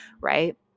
right